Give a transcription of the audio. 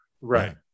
Right